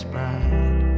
Bride